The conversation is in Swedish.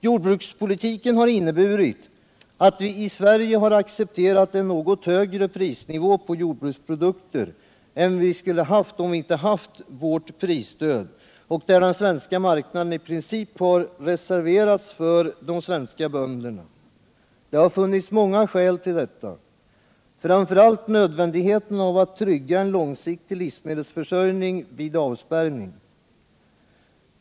Jordbrukspolitiken har inneburit att vi i Sverige accepterat en något högre prisnivå på jordbruksprodukter än vad vi skulle ha haft om vi inte haft vårt prisstöd, varvid den svenska marknaden i princip har reserverats för de svenska bönderna. Det har funnits många skäl till detta, framför allt nödvändigheten av att trygga en långsiktig livsmedelsförsörjning vid avspärrning.